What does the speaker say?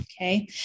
Okay